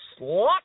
slut